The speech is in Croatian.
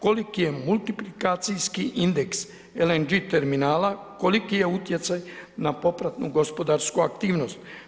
Koliki je multiplikacijski indeks LNG terminala, koliki je utjecaj na popratnu gospodarsku aktivnost?